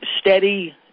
steady